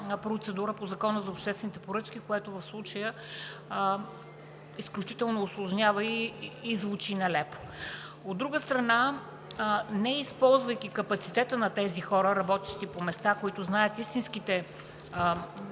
процедура по Закона за обществените поръчки, което в случая изключително усложнява и звучи нелепо. От друга страна, неизползвайки капацитета на тези хора, работещи по места, които знаят истинските